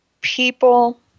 people